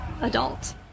adult